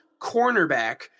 cornerback